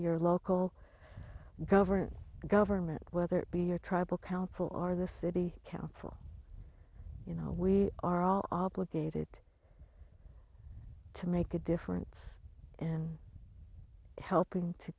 your local government the government whether it be your tribal council or the city council you know we are all obligated to make a difference and helping to